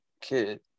kid